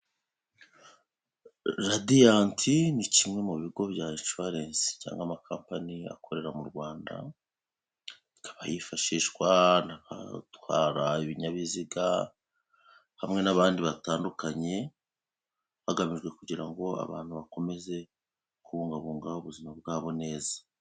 Radiyanti ni kimwe mu bigo bya inshuwarensi cyangwa amakampani akorera mu Rwanda akaba hifashishwa n'abatwara ibinyabiziga hamwe n'abandi batandukanye bagamijwe kugira ngo abantu bakomeze kubungabunga ubuzima bwabo neza.